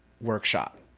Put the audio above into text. workshop